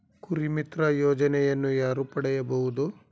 ಕುರಿಮಿತ್ರ ಯೋಜನೆಯನ್ನು ಯಾರು ಪಡೆಯಬಹುದು?